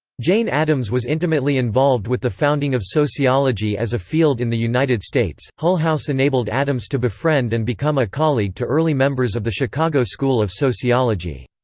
jane addams was intimately involved with the founding of sociology as a field in the united states. hull house enabled addams to befriend and become a colleague to early members of the chicago school of sociology.